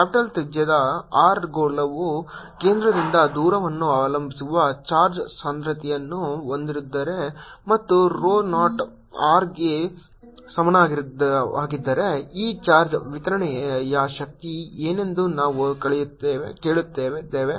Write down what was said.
capital ತ್ರಿಜ್ಯದ R ಗೋಳವು ಕೇಂದ್ರದಿಂದ ದೂರವನ್ನು ಅವಲಂಬಿಸಿರುವ ಚಾರ್ಜ್ ಸಾಂದ್ರತೆಯನ್ನು ಹೊಂದಿದ್ದರೆ ಮತ್ತು rho 0 r ಗೆ ಸಮನಾಗಿದ್ದರೆ ಈ ಚಾರ್ಜ್ ವಿತರಣೆಯ ಶಕ್ತಿ ಏನೆಂದು ನಾವು ಕೇಳುತ್ತಿದ್ದೇವೆ